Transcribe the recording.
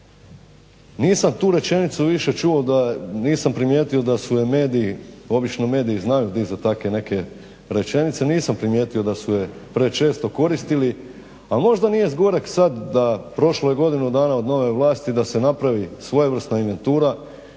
nisam tu rečenicu više čuo nisam primijetio da su je mediji, obično mediji znaju dizati tako neke rečenice, nisam primijetio da su je prečesto koristili ali možda nije zgoreg sada prošlo je godinu dana od nove vlasti da se napravi svojevrsna inventura